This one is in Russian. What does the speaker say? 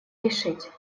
решить